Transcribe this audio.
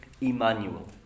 Emmanuel